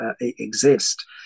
exist